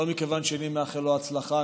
לא מכיוון שאיני מאחל לו הצלחה,